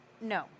no